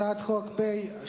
הצעת חוק פ/304,